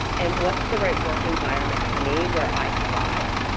and what's the right work environment for me where i thrive?